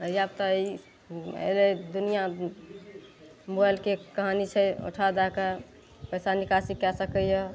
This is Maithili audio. या तऽ दुनियाँ मोबाइलके कहानी छै औंठा दए कऽ पैसा निकासी कए सकै यऽ